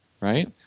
right